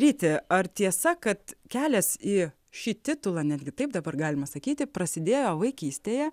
ryti ar tiesa kad kelias į šį titulą netgi taip dabar galima sakyti prasidėjo vaikystėje